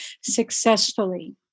successfully